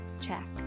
check